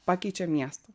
pakeičia miestą